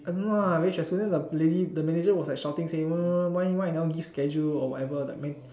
I don't know ah very stressful then the lady the manager was like shouting say what what what why why I never give schedule or whatever like my